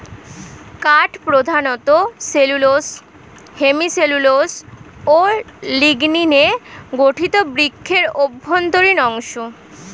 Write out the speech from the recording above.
কাঠ প্রধানত cellulose, hemicellulose ও লিগনিনে গঠিত বৃক্ষের অভ্যন্তরীণ অংশ